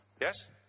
Yes